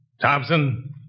Thompson